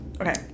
Okay